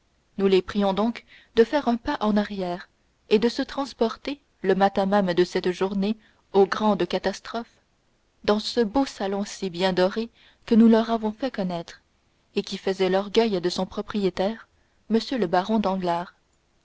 nous les prions donc de faire un pas en arrière et de se transporter le matin même de cette journée aux grandes catastrophes dans ce beau salon si bien doré que nous leur avons fait connaître et qui faisait l'orgueil de son propriétaire m le baron danglars